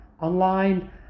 online